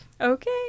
Okay